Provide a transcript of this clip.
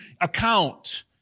account